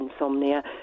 insomnia